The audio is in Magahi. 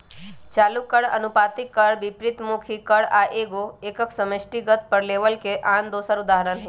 चालू कर, अनुपातिक कर, विपरितमुखी कर आ एगो एकक समष्टिगत कर लेबल के आन दोसर उदाहरण हइ